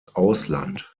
ausland